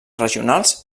regionals